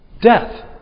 Death